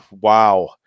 wow